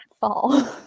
fall